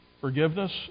forgiveness